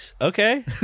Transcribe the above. okay